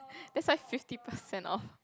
that's why fifty percent off